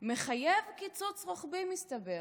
מחייב קיצוץ רוחבי, מסתבר.